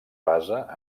basa